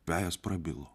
vejas prabilo